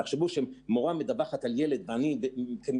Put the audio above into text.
תחשבו על מצב שבו מורה מדווחת על ילד ואני כמשרד